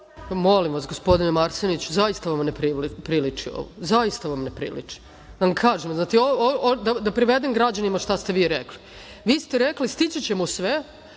Molim vas gospodine Marseniću, zaista vam ne priliči ovo. Da vam kažem. Da prevedem građanima šta ste vi rekli. Vi ste rekli, stići ćemo ovo